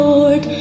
Lord